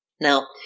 now